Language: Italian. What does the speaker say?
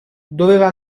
doveva